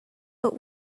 but